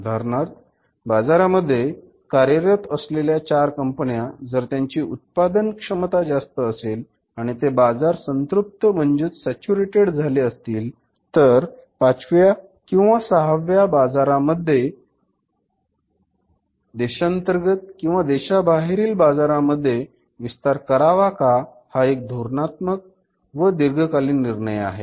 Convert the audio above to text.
उदाहरणार्थ बाजारा मध्ये कार्यरत असलेल्या चार कंपन्या जर त्यांची उत्पादन क्षमता जास्त असेल आणि ते बाजार संतृप्त म्हणजे सॅच्युरेटेड झाले असतील तर पाचव्या किंवा सहाव्या बाजारामध्ये देशांतर्गत किंवा देशाबाहेरील बाजारामध्ये विस्तार करावा का हा एक धोरणात्मक व दीर्घकालीन निर्णय आहे